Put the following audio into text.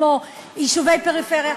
כמו יישובי פריפריה,